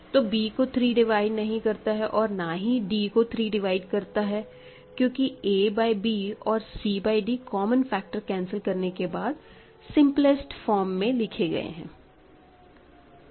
तो b को 3 divide नहीं करता है और ना ही d को 3 डिवाइड करता है क्योंकि a बाय b और c by d common factor cancel करने के बाद सिम्पलस्ट फॉर्म में ही लिखे गए हैं